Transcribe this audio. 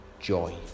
joy